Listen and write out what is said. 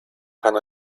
kann